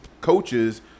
coaches